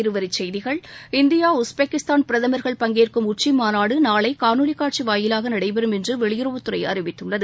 இருவரி செய்திகள் India Uzbekistan பிரதமர்கள் பங்கேற்கும் உச்சிமாநாடு நாளை காணொலி காட்சி வாயிலாக நடைபெறும் என்று வெளியுறவுத் துறை அறிவித்துள்ளது